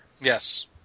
Yes